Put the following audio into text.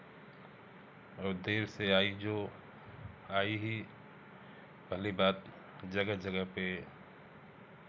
और देर से आई जो आई ही पहली बात जगह जगह पर